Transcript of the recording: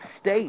state